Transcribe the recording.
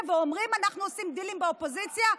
ואומרים שאנחנו עושים דילים באופוזיציה?